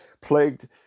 plagued